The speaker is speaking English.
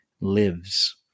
lives